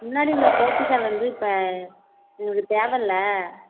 முன்னாடி உள்ளே போர்ட்டிக்கல் வந்து இப்போ எங்களுக்கு தேவையில்ல